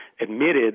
admitted